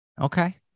Okay